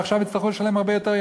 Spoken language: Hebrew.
ועכשיו הם יצטרכו לשלם הרבה יותר.